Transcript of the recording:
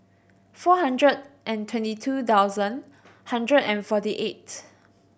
four hundred and twenty two thousand hundred and forty eight